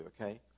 okay